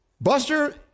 Buster